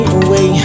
away